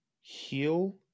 heal